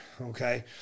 okay